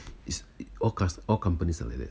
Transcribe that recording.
is a~ all cus~ all companies are like that